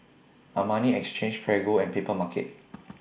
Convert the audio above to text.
Armani Exchange Prego and Papermarket